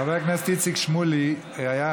חבר הכנסת איציק שמולי היה,